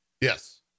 yes